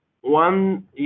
One